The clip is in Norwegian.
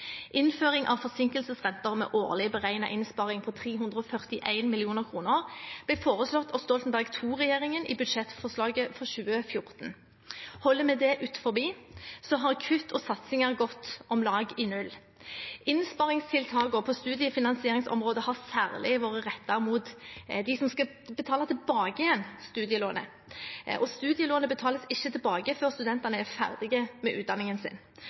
Innføring av forsinkelsesrenter med årlig beregnet innsparing på 341 mill. kr ble foreslått av Stoltenberg II-regjeringen i budsjettforslaget for 2014. Holder vi det utenfor, har kutt og satsinger gått om lag i null. Innsparingstiltakene på studiefinansieringsområdet har særlig vært rettet mot dem som skal betale tilbake studielånet. Studielånet betales ikke tilbake før studentene er ferdige med utdanningen sin.